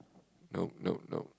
no no no